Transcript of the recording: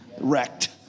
wrecked